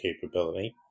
capability